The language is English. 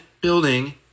building